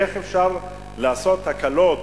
איך אפשר לעשות הקלות